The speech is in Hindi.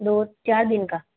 दो चार दिन का